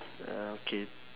uh okay